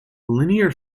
linear